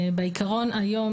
בעיקרון היום